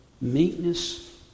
meekness